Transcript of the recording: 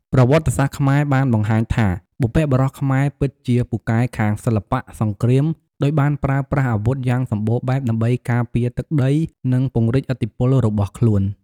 ប្រវត្តិសាស្ត្រខ្មែរបានបង្ហាញថា បុព្វបុរសខ្មែរពិតជាពូកែខាងសិល្បៈ សង្គ្រាម ដោយបានប្រើប្រាស់អាវុធយ៉ាងសម្បូរបែបដើម្បីការពារទឹកដី និងពង្រីកឥទ្ធិពលរបស់ខ្លួន។